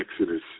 Exodus